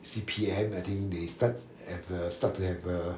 C_P_M I think they start have a start to have a